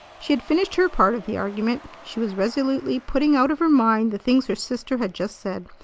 she had finished her part of the argument. she was resolutely putting out of her mind the things her sister had just said,